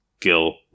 Gil